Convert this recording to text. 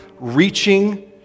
reaching